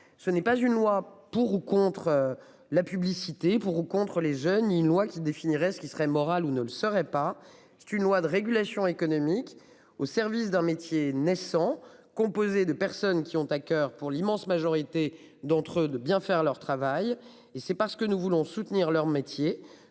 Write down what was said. ce n'est pas une loi pour ou contre la publicité pour ou contre les jeunes ils loi qui définirait ce qui serait moral ou ne le serait pas. C'est une loi de régulation économique au service d'un métier naissant composé de personnes qui ont à coeur pour l'immense majorité d'entre eux de bien faire leur travail et c'est pas ce que nous voulons soutenir leur métier